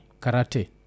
Karate